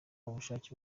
ubushake